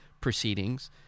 proceedings